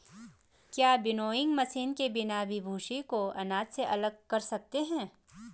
क्या winnowing machine के बिना भी भूसी को अनाज से अलग कर सकते हैं?